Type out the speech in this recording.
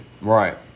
Right